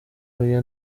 oya